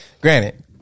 Granted